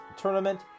tournament